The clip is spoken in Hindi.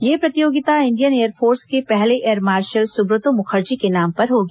यह प्रतियोगिता इंडियन एयर फोर्स के पहले एयर मार्शल सुब्रतो मुखर्जी के नाम पर होगी